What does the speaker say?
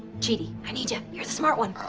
chidi, i need you. you're the smart one.